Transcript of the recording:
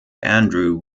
andrew